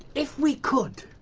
if we could,